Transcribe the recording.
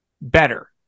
better